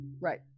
Right